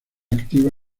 activa